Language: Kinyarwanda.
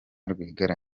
rwigara